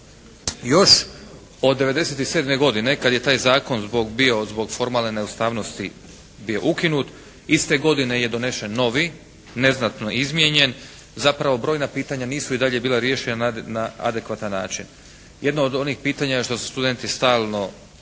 još od 97. godine kada je taj zakon bio zbog formalne neustavnosti bio ukinut, iste godine je donesen novi neznatno izmijenjen, zapravo brojna pitanja nisu i dalje bila riješena na adekvatan način. Jedno od onih pitanja šta su studenti stalno